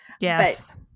Yes